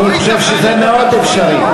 אני חושב שזה מאוד אפשרי.